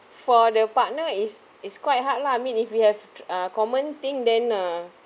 for the partner is is quite hard lah I mean if you have uh common thing then uh